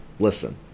listen